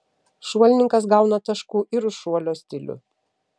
šuolininkas gauna taškų ir už šuolio stilių